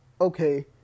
okay